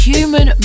Human